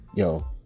Yo